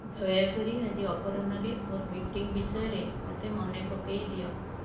ଦୟାକରି ଆଜି ଅପରାହ୍ନରେ ମୋର ମିଟିଂ ବିଷୟରେ ମୋତେ ମନେପକାଇ ଦିଅ